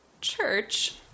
church